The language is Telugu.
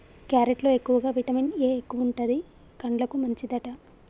క్యారెట్ లో ఎక్కువగా విటమిన్ ఏ ఎక్కువుంటది, కండ్లకు మంచిదట